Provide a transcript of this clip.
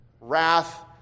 Wrath